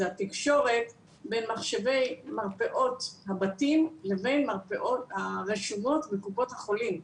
זה התקשורת בין מחשבי מרפאות הבתים לבין מרפאות הרשומות בקופות החולים.